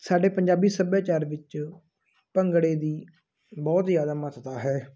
ਸਾਡੇ ਪੰਜਾਬੀ ਸੱਭਿਆਚਾਰ ਵਿੱਚ ਭੰਗੜੇ ਦੀ ਬਹੁਤ ਜ਼ਿਆਦਾ ਮਹੱਤਤਾ ਹੈ